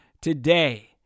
today